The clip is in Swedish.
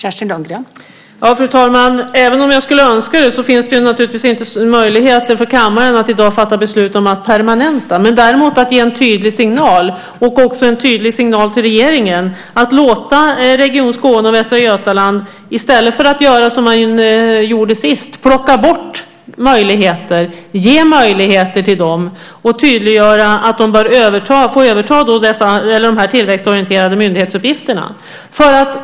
Fru talman! Även om jag skulle önska det finns det naturligtvis inte möjlighet för kammaren att i dag fatta beslut om att permanenta. Däremot kan man ge en tydlig signal och en tydlig signal till regeringen att låta Region Skåne och Västra Götaland få möjlighet att överta de tillväxtorienterade myndighetsuppgifterna i stället för att som sist plocka bort möjligheter.